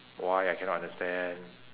why I cannot understand